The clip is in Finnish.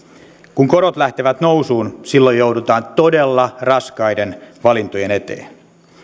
kun korot lähtevät nousuun silloin joudutaan todella raskaiden valintojen eteen